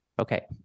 Okay